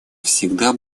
всегда